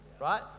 right